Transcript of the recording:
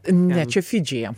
ne čia fidžyje